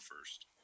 first